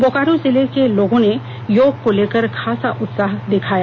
बोकारो जिले के लोगों में योग को लेकर खासा उत्साह देखा गया